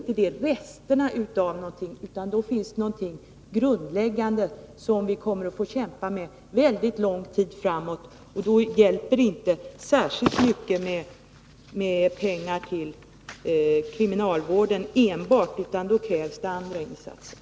Det är inte resterna av någonting, utan då finns det något grundläggande som vi kommer att få kämpa mot väldigt lång tid framöver. Då hjälper det inte särskilt mycket med pengar till kriminalvården enbart. Då krävs det andra insatser.